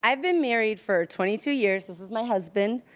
i've been married for twenty two years, this is my husband,